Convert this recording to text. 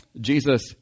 Jesus